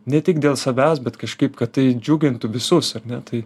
ne tik dėl savęs bet kažkaip kad tai džiugintų visus ar ne tai